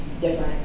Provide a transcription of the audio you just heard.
different